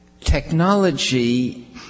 Technology